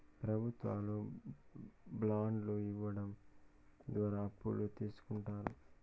ప్రభుత్వాలు బాండ్లు ఇవ్వడం ద్వారా అప్పులు తీస్కుంటారు